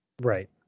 Right